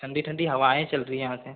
ठंडी ठंडी हवाएँ चल रही है यहाँ से